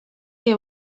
que